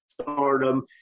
stardom